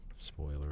Spoiler